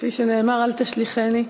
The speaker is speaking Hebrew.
כפי שנאמר: אל תשליכני.